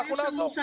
אנחנו נעזור.